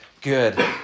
good